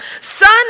son